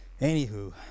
anywho